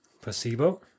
placebo